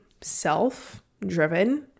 self-driven